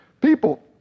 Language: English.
people